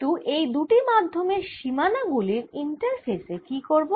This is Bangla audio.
কিন্তু এই দুটি মাধ্যমের সীমানা গুলির ইন্টারফেসে কি করব